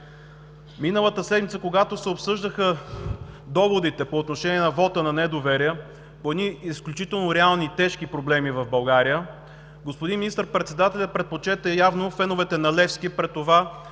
Миналата седмица, когато се обсъждаха доводите по отношение вота на недоверие по едни изключително реални и тежки проблеми в България, господин министър-председателят предпочете явно феновете на „Левски“ (шум